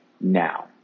now